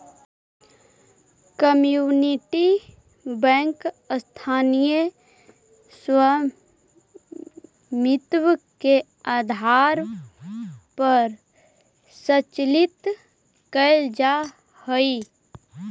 community bank स्थानीय स्वामित्व के आधार पर संचालित कैल जा हइ